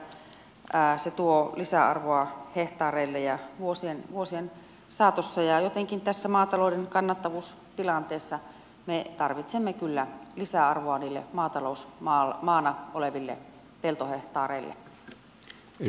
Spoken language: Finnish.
lakiesityskin toteaa että se tuo lisäarvoa hehtaareille vuosien saatossa ja jotenkin tässä maatalouden kannattavuustilanteessa me tarvitsemme kyllä lisäarvoa niille maatalousmaana oleville peltohehtaareille